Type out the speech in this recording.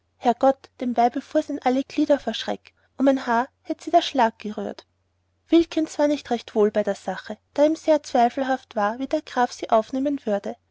herrgott dem weibe fuhr's in alle glieder vor schreck um ein haar hätt sie der schlag gerührt wilkins war nicht recht wohl bei der sache da ihm sehr zweifelhaft war wie der graf sie aufnehmen werde